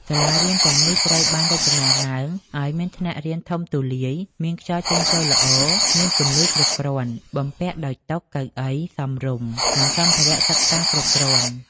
សាលារៀនទាំងនេះត្រូវបានរចនាឡើងឱ្យមានថ្នាក់រៀនធំទូលាយ មានខ្យល់ចេញចូលល្អ មានពន្លឺគ្រប់គ្រាន់ បំពាក់ដោយតុ កៅអី សមរម្យ និងសម្ភារៈសិក្សាគ្រប់គ្រាន់។